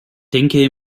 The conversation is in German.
denke